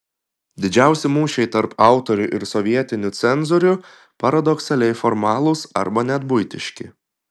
didžiausi mūšiai tarp autorių ir sovietinių cenzorių paradoksaliai formalūs arba net buitiški